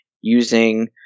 using